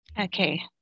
Okay